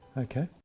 okay.